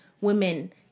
women